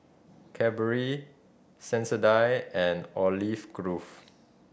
Cadbury Sensodyne and Olive Grove